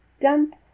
dump